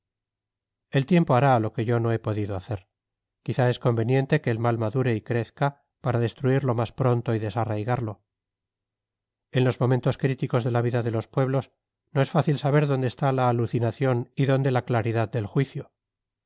el tiempo hará lo que yo no he podido hacer quizás es conveniente que el mal madure y crezca para destruirlo más pronto y desarraigarlo en los momentos críticos de la vida de los pueblos no es fácil saber dónde está la alucinación y dónde la claridad del juicio